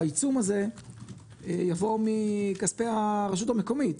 העיצום הזה יבוא מכספי הרשות המקומית.